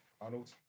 Arnold